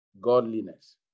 godliness